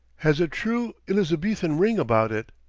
has a true elizabethan ring about it,